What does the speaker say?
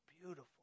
beautiful